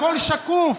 הכול שקוף,